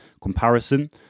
comparison